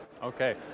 Okay